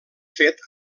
fet